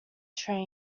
train